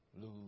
lose